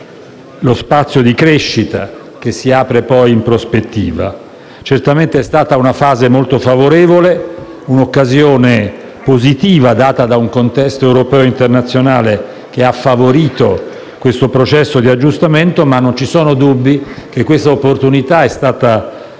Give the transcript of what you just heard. lo spazio di crescita che si apre in prospettiva. Certamente la fase è stata molto favorevole, un'occasione positiva data da un contesto europeo e internazionale che ha favorito il processo di aggiustamento. Ma non ci sono dubbi che una tale opportunità sia stata